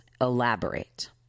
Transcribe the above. elaborate